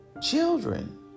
children